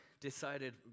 decided